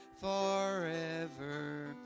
forever